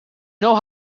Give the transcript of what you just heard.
know